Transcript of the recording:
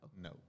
No